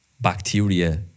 bacteria